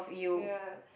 ya